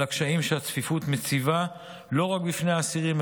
הקשיים שהצפיפות מציבה לא רק בפני האסירים,